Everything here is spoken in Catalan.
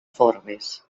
forbes